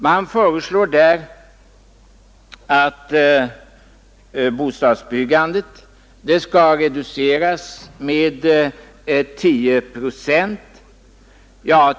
Man föreslår att bostadsbyggandet skall reduceras med 10 procent.